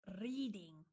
Reading